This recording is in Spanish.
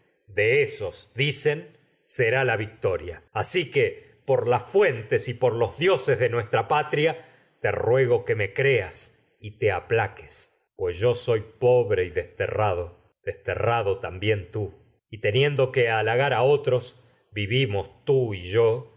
de ésos dicen fuentes me y por será victoria asi que por te los dioses de te nuestra patria soy ruego y que creas y aplaques pues yo pobre desterrado desterrado también tú y teniendo que halagar a otros vivimos tú y yo